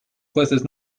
jueces